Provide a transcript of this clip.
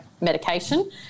medication